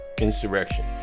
insurrection